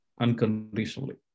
unconditionally